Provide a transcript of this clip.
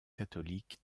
catholique